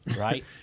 right